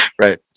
right